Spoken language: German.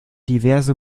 diverse